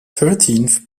thirteenth